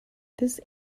this